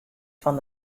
fan